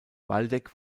waldeck